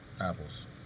Apples